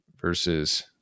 versus